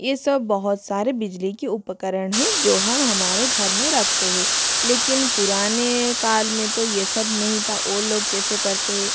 ये सब बहुत सारे बिजली के उपकरण हैं जो हम हमारे घर में रखते हैं लेकिन पुराने काल में तो ये सब नहीं था वो लोग कैसे करते हैं